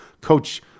Coach